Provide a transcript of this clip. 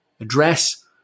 address